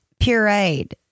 pureed